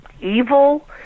evil